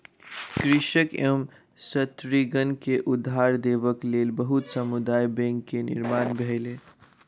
कृषक एवं स्त्रीगण के उधार देबक लेल बहुत समुदाय बैंक के निर्माण भेलै